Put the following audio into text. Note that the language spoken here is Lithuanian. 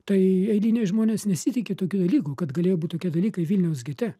tai eiliniai žmonės nesitiki tokių dalykų kad galėjo būt tokie dalykai vilniaus gete